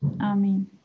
Amen